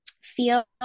feel